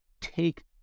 take